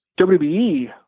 WWE